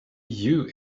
you